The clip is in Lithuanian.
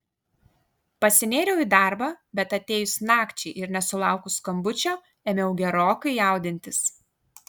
pasinėriau į darbą bet atėjus nakčiai ir nesulaukus skambučio ėmiau gerokai jaudintis